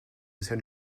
bisher